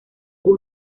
uno